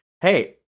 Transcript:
hey